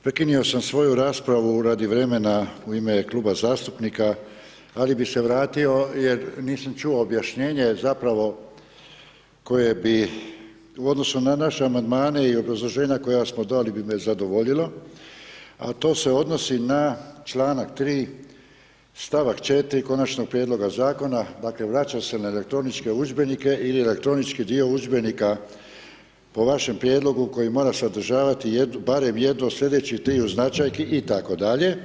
Prekinuo sam svoju raspravu radi vremena u ime kluba zastupnika, ali bih se vratio jer nisam čuo objašnjenje, zapravo, koje bi u odnosu na naše amandmane i obrazloženja koje smo dali bi me zadovoljila, a to se odnosi na čl. 3. st. 4 Konačnog prijedloga zakona, dakle vraćam se na elektroničke udžbenika ili na elektronički dio udžbenika po vašem prijedlogu koji mora sadržati barem jednu od sljedećih triju značajki itd.